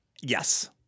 Yes